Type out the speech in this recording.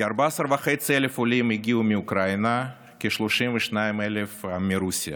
כ-14,500 עולים הגיעו מאוקראינה, כ-32,000 מרוסיה.